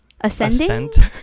ascending